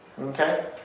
okay